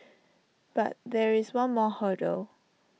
but there is one more hurdle